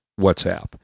WhatsApp